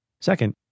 Second